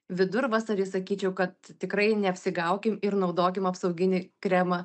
vidurvasarį sakyčiau kad tikrai neapsigaukim ir naudokim apsauginį kremą